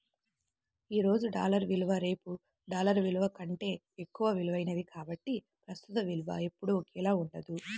ఈ రోజు డాలర్ విలువ రేపు డాలర్ కంటే ఎక్కువ విలువైనది కాబట్టి ప్రస్తుత విలువ ఎప్పుడూ ఒకేలా ఉండదు